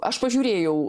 aš pažiūrėjau